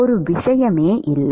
ஒரு விஷயமே இல்லை